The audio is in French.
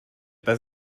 pas